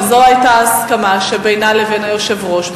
וזו היתה ההסכמה שבינה לבין היושב-ראש,